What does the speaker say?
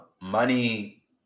money